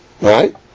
right